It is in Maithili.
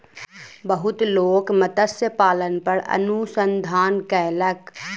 बहुत लोक मत्स्य पालन पर अनुसंधान कयलक